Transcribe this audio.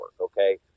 Okay